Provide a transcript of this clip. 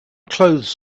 clothes